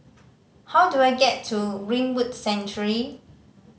how do I get to Greenwood Sanctuary